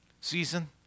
season